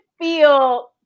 feel